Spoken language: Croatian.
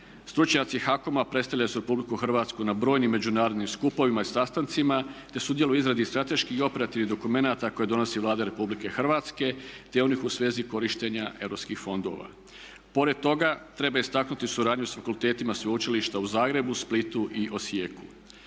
Stručnjaci HAKOM-a predstavljali su RH na brojim međunarodnim skupovima i sastancima te sudjeluju u izradi strateških i operativnih dokumenata koje donosi Vlada RH te onih u svezi korištenje europskih fondova. Pored toga treba istaknuti suradnju s fakultetima Sveučilišta u Zagrebu, Splitu i Osijeku.